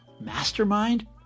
mastermind